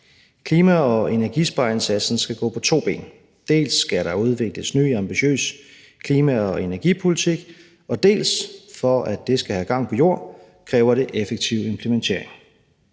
Klima- og energispareindsatsen skal gå på to ben. Dels skal der udvikles en ny ambitiøs klima- og energipolitik, dels kræver det, for at det skal have gang på jord, effektive implementeringer.